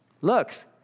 looks